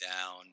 down